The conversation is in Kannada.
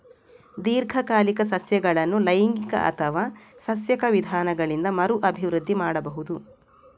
ದೀರ್ಘಕಾಲಿಕ ಸಸ್ಯಗಳನ್ನು ಲೈಂಗಿಕ ಅಥವಾ ಸಸ್ಯಕ ವಿಧಾನಗಳಿಂದ ಮರು ಅಭಿವೃದ್ಧಿ ಮಾಡಬಹುದು